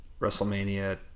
WrestleMania